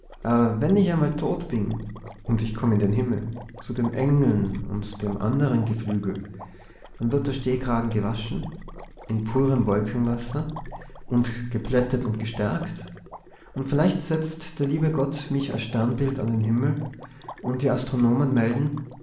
wenn ich emal tot bin und ich komm in den himmel zu den engeln und dem anderen geflügel dann wird der stehkragen gewaschen in purem wolkenwasser und geplättet und gestärkt und vielleicht setzt der liebe gott mich als sternbild an den himmel und die astronomen melden